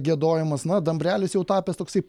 giedojimas na dambrelis jau tapęs toksai